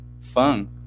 fun